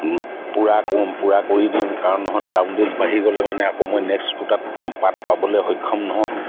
পুৰা কৰােঁ পুৰা কৰি দিওঁ কাৰণ নহ'লে ৰাউণ্ডেজ বাঢ়ি গ'লে মানে আকৌ মই নেক্সট কোটাত পাত পাবলে সক্ষম নহম